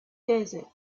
desert